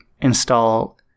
install